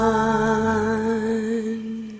one